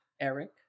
Eric